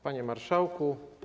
Panie Marszałku!